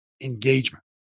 engagement